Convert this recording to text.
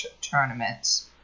tournaments